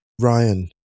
Ryan